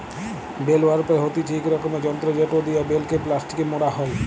bell wrapper হতিছে ইক রকমের যন্ত্র জেটো দিয়া বেল কে প্লাস্টিকে মোড়া হই